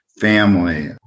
family